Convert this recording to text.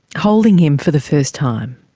holding him for the first time.